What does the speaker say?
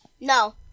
No